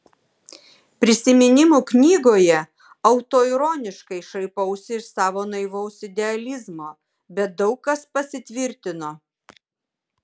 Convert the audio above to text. prisiminimų knygoje autoironiškai šaipausi iš savo naivaus idealizmo bet daug kas pasitvirtino